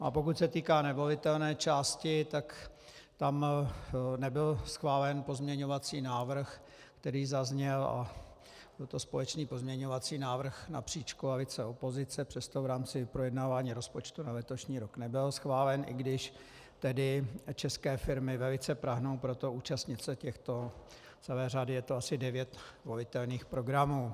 A pokud se týká nevolitelné části, tak tam nebyl schválen pozměňovací návrh, který zazněl, a byl to společný pozměňovací návrh napříč koalice opozice, přesto v rámci projednávání rozpočtu na letošní rok nebyl schválen, i když tedy české firmy velice prahnou po tom účastnit se celé řady těchto programů, je to asi 9 volitelných programů.